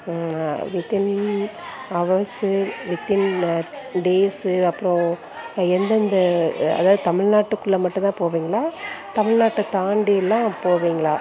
within hours within days அப்புறம் எந்தெந்த அதாவது தமிழ்நாட்டுக்குள்ளே மட்டும் தான் போவிங்களா தமிழ்நாட்டை தாண்டிலாம் போவிங்களா